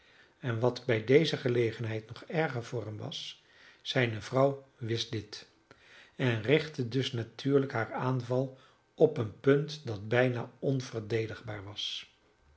en wat bij deze gelegenheid nog erger voor hem was zijne vrouw wist dit en richtte dus natuurlijk haar aanval op een punt dat bijna onverdedigbaar was